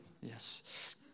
Yes